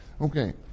Okay